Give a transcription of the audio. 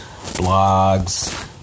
blogs